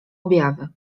objawy